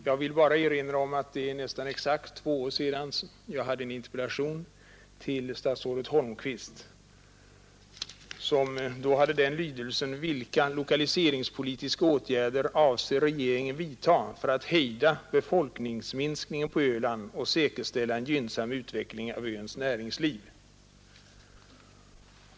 Jag vill erinra om att jag själv för nästan exakt två år sedan till statsrådet Holmqvist framställde en interpellation av denna lydelse: Vilka lokaliseringspolitiska åtgärder avser regeringen vidta för att hejda befolkningsminskningen på Öland och säkerställa en gynnsam utveckling av öns näringsliv?